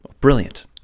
Brilliant